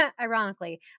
ironically